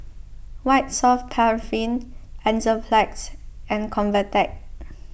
White Soft Paraffin Enzyplex and Convatec